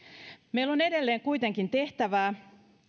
meillä on kuitenkin edelleen tehtävää